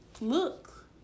look